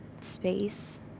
space